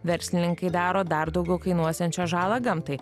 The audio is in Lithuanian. verslininkai daro dar daugiau kainuosiančią žalą gamtai